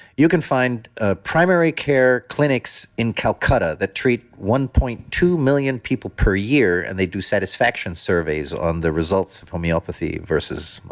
you can find ah primary care clinics in calcutta that treat one point two million people per year and they do satisfaction surveys on the results of homeopathy versus.